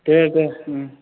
दे दे